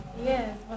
Yes